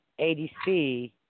ADC